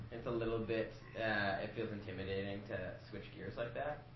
it's a little bit it feels intimidating to switch gears like that.